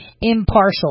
impartial